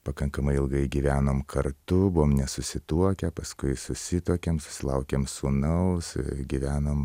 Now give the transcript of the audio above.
pakankamai ilgai gyvenom kartu buvom nesusituokę paskui susituokėm susilaukėm sūnaus gyvenom